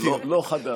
זה לא חדש.